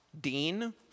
Dean